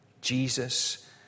Jesus